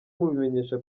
mubimenyesha